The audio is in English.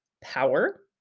power